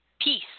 peace